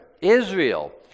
Israel